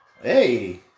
hey